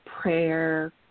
prayer